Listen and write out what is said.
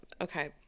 okay